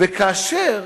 וכאשר